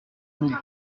mille